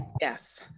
yes